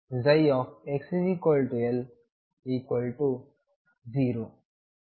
ψ x L0 A sin kLಅನ್ನು ಸೂಚಿಸುತ್ತದೆ